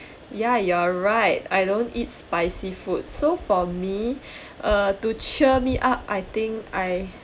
ya you're right I don't eat spicy food so for me uh to cheer me up I think I